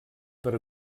per